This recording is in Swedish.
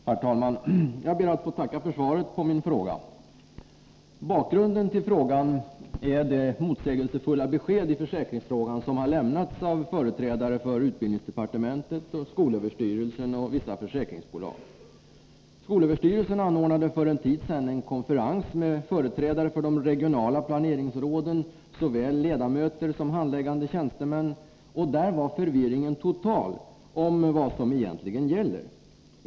Herr talman! Jag ber att få tacka för svaret på min fråga. Bakgrunden till frågan är de motsägelsefulla besked i försäkringsfrågan som lämnats av företrädare för utbildningsdepartementet, skolöverstyrelsen och vissa försäkringsbolag. Skolöverstyrelsen anordnade för en tid sedan en konferens för företrädare för de regionala planeringsråden, såväl ledamöter som handläggande tjänstemän. I konferensen var förvirringen total om vad som egentligen gäller.